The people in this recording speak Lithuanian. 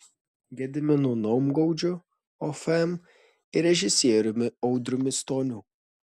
gediminu numgaudžiu ofm ir režisieriumi audriumi stoniu